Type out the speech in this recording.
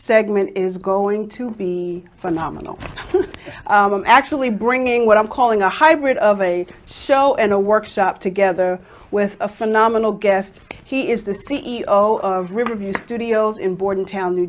segment is going to be phenomenal i'm actually bringing what i'm calling a hybrid of a show and a workshop together with a phenomenal guest he is the c e o of riverview studios in bordertown new